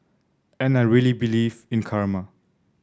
and I really believe in karma